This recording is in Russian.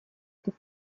этот